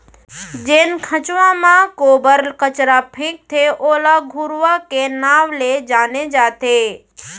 जेन खंचवा म गोबर कचरा फेकथे ओला घुरूवा के नांव ले जाने जाथे